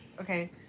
Okay